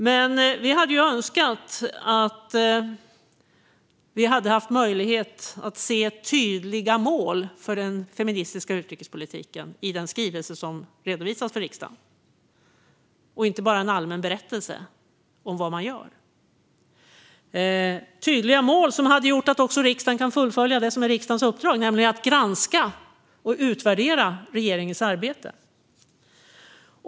Men vi hade önskat att vi hade fått möjlighet att se tydliga mål för den feministiska utrikespolitiken i den skrivelse som redovisas för riksdagen och inte bara en allmän berättelse om vad man gör. Vi hade önskat tydliga mål som hade gjort att riksdagen kan fullfölja det som är riksdagens uppdrag, nämligen att granska och utvärdera regeringens arbete.